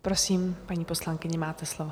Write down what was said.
Prosím, paní poslankyně, máte slovo.